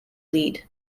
lead